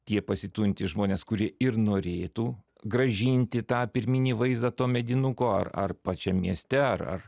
tie pasiturintys žmonės kurie ir norėtų grąžinti tą pirminį vaizdą to medinuko ar ar pačiam mieste ar ar